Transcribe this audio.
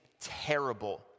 terrible